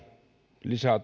lisää